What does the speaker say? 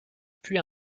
puis